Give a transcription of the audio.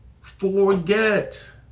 forget